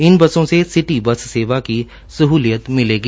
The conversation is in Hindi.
इन बसों से सिटी बस सेवा की सहलियत मिलेगी